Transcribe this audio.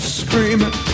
screaming